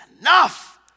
enough